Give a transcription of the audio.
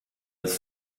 his